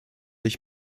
ich